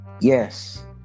yes